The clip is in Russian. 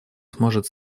сможет